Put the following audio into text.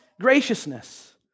graciousness